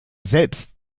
selbst